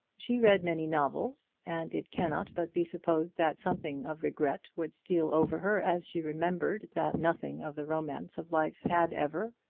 she read many novels, and it cannot but be supposed that something of regret would steal over her as she remembered that nothing of the romance of life had ever,